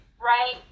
right